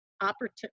opportunity